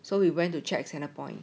so we went to check centrepoint